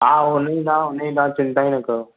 हा उनजी तव्हां उनजी तव्हां चिंता ई न कयो